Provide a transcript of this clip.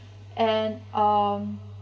and um